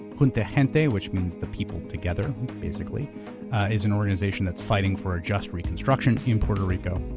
junta gente, which means the people together basically is an organization that is fighting for a just reconstruction in puerto rico.